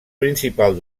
principal